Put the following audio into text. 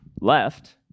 left